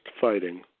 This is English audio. fighting